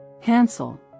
Hansel